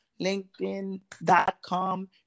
linkedin.com